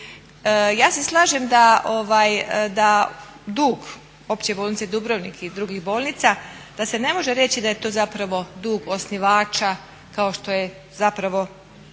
Ja se slažem da dug Opće bolnice Dubrovnik i drugih bolnica da se ne može reći da je to zapravo dug osnivača kao što je zapravo